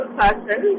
person